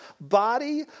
body